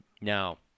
Now